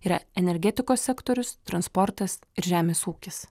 yra energetikos sektorius transportas ir žemės ūkis